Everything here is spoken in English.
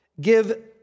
give